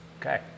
Okay